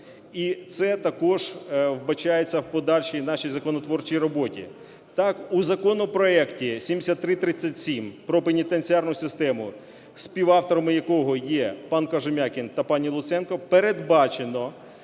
і це також вбачається в подальшій нашій законотворчій роботі. Так, у законопроекті 7337 про пенітенціарну систему, співавтором якого є пан Кожем'якін та пані Луценко, передбачено